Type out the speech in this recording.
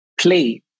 play